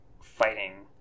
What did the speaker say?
fighting